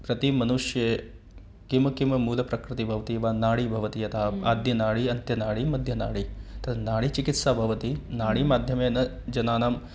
प्रतिमनुष्ये किं किं मूलप्रकृतिः भवति वा नाडी भवति यथा आद्यनाडी अन्त्यनाडी मध्यनाडी तन्नाडीचिकित्सा भवति नाडी माध्यमेन जनानां